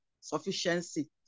sufficiency